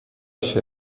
się